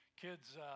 Kids